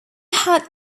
had